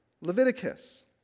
Leviticus